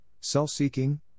self-seeking